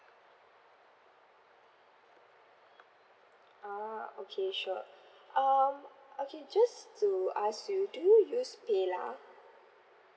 ah okay sure um okay just to ask you do you use PayLah